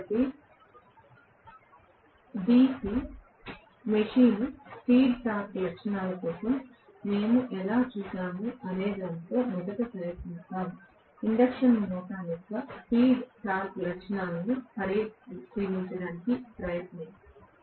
కాబట్టి DC machine speed torque లక్షణాల కోసం మేము ఎలా చూశాము అనేదానితో మొదట ప్రయత్నిద్దాం ఇండక్షన్ మోటర్ యొక్క స్పీడ్ టార్క్ లక్షణాలను పరిశీలించడానికి ప్రయత్నిద్దాం